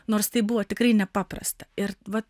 nors tai buvo tikrai nepaprasta ir vat